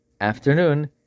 afternoon